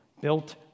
built